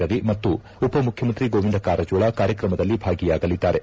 ರವಿ ಮತ್ತು ಉಪಮುಖ್ಯಮಂತ್ರಿ ಗೋವಿಂದ ಕಾರಜೋಳ ಕಾರ್ಯಕ್ರಮದಲ್ಲಿ ಭಾಗಿಯಾಗಲಿದ್ದಾರೆ